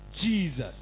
Jesus